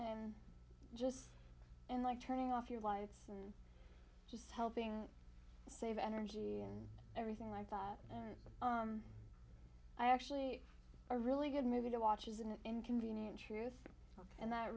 and just like turning off your lights and just helping save energy and everything like that and i actually a really good movie to watch is an inconvenient truth and that